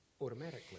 automatically